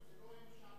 זה לא הם שם